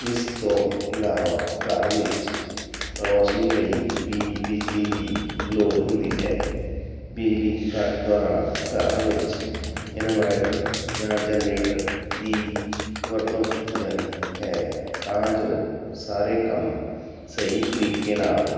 ਇਸ ਤੋਂ ਇਲਾਵਾ ਘਰ ਵਿੱਚ ਰੋਸ਼ਨੀ ਲਈ ਵੀ ਬਿਜਲੀ ਦੀ ਲੋੜ ਹੁੰਦੀ ਹੈ ਬਿਜਲੀ ਕੱਟ ਦੌਰਾਨ ਘਰਾਂ ਵਿੱਚ ਇਨਵਰਟਰ ਜਾਂ ਜਨਰੇਟਰ ਦੀ ਵਰਤੋਂ ਕੀਤੀ ਜਾਂਦੀ ਹੈ ਤਾਂ ਜੋ ਸਾਰੇ ਕੰਮ ਸਹੀ ਤਰੀਕੇ ਨਾਲ